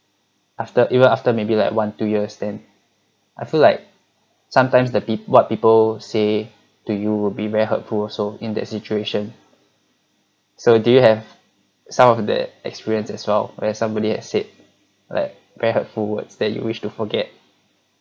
after even after maybe like one two years then I feel like sometimes the peop~ what people say to you will be very helpful also in that situation so do you have some of that experience as well where somebody had said like very hurtful words that you wish to forget